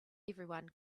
everyone